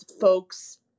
folks